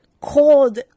called